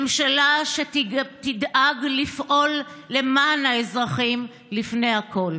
ממשלה שתדאג לפעול למען האזרחים לפני הכול.